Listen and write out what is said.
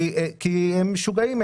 כי הם משוגעים,